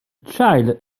child